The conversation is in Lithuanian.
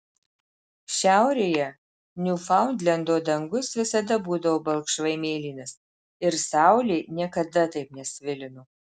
šiaurėje niufaundlendo dangus visada būdavo balkšvai mėlynas ir saulė niekada taip nesvilino